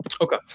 Okay